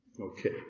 okay